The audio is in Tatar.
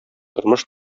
тормыш